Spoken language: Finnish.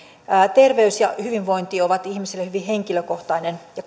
terveys ja hyvinvointi ovat ihmiselle hyvin henkilökohtaisia ja